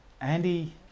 Andy